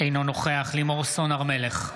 אינו נוכח לימור סון הר מלך,